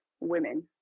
women